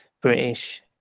British